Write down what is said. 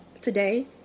Today